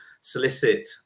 solicit